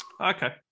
Okay